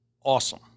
awesome